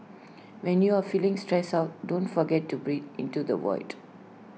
when you are feeling stressed out don't forget to breathe into the void